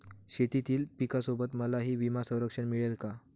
शेतीतील पिकासोबत मलाही विमा संरक्षण मिळेल का?